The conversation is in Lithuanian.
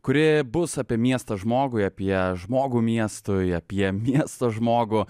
kuri bus apie miestą žmogui apie žmogų miestui apie miesto žmogų